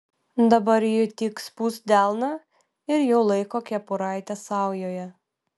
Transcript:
dabar ji tik spust delną ir jau laiko kepuraitę saujoje